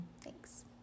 Thanks